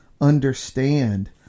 understand